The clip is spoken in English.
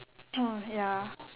ya